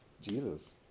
Jesus